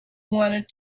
wanted